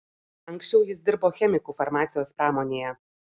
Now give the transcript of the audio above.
anksčiau jis dirbo chemiku farmacijos pramonėje